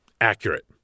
accurate